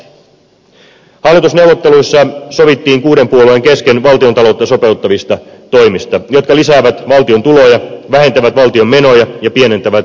hallitusneuvotteluissa sovittiin kuuden puolueen kesken valtiontaloutta sopeuttavista toimista jotka lisäävät valtion tuloja vähentävät valtion menoja ja pienentävät velanoton tarvetta